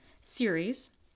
series